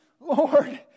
Lord